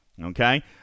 okay